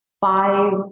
five